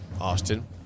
Austin